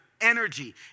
energy